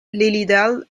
lilydale